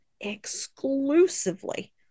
exclusively